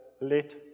let